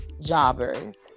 jobbers